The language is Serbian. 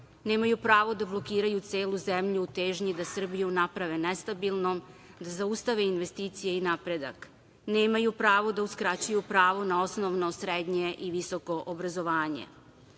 nemaju pravo da blokiraju celu zemlju u težnji da Srbiju naprave nestabilnom, da zaustave investicije i napredak, nemaju pravo da uskraćuju pravo na osnovno, srednje i visoko obrazovanje. Svedoci